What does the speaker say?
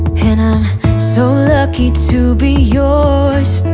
and i'm so lucky to be yours